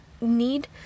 need